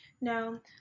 No